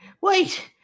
wait